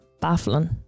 baffling